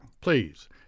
please